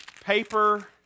paper